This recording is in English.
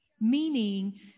Meaning